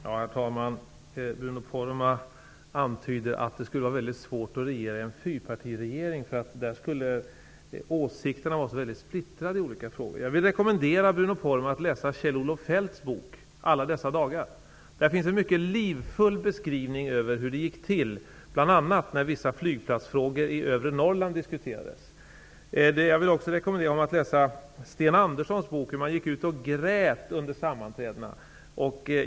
Herr talman! Bruno Poromaa antyder att det skulle vara svårt för en fyrpartiregering att regera, för där skulle åsikterna vara så väldigt splittrade. Jag vill rekommendera Bruno Poromaa att läsa Kjell-Olof Feldts bok Alla dessa dagar. Där finns en mycket livfull beskrivning över hur det gick till bl.a. när vissa flygplatsfrågor i övre Norrland diskuterades. Jag vill också rekommendera honom att läsa Sten Anderssons bok, av vilken framgår att man gick ut och grät under sammanträdena.